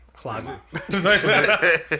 closet